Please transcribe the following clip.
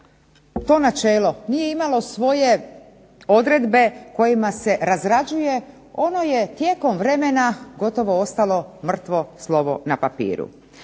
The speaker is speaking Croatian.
to načelo nije imalo svoje odredbe kojima se razrađuje ono je tijekom vremena gotovo ostalo mrtvo slovo na papiru.